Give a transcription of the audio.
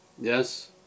Yes